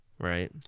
right